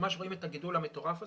ממש רואים את הגידול המטורף הזה.